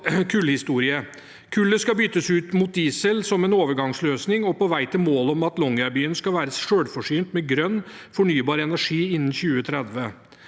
Kullet skal byttes ut med diesel som en overgangsløsning og på vei til målet om at Longyearbyen skal være selvforsynt med grønn fornybar energi innen 2030.